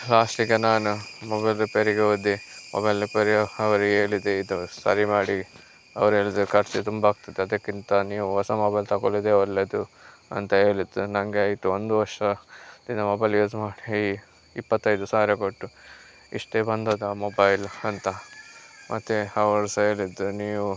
ಲಾಸ್ಟಿಗೆ ನಾನು ಮೊಬೈಲ್ ರಿಪೇರಿಗೆ ಹೋದೆ ಮೊಬೈಲ್ ರಿಪೇರಿಯ ಅವರಿಗೆ ಹೇಳಿದೆ ಇದು ಸರಿ ಮಾಡಿ ಅವ್ರು ಹೇಳಿದ್ರು ಖರ್ಚು ತುಂಬ ಆಗ್ತದೆ ಅದಕ್ಕಿಂತ ನೀವು ಹೊಸ ಮೊಬೈಲ್ ತಕೊಳ್ಳುದೆ ಒಳ್ಳೆದು ಅಂತ ಹೇಳಿದ್ರು ನನಗೆ ಆಯಿತು ಒಂದು ವರ್ಷ ಇದು ಮೊಬೈಲ್ ಯೂಸ್ ಮಾಡಿ ಈ ಇಪ್ಪತ್ತೈದು ಸಾವಿರ ಕೊಟ್ಟು ಇಷ್ಟೆ ಬಂದದ್ದಾ ಮೊಬೈಲ್ ಅಂತ ಮತ್ತೆ ಅವರು ಸಹ ಹೇಳಿದ್ರು ನೀವು